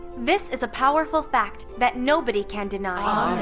this is a powerful fact that nobody can deny.